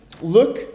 Look